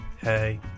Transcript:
Hey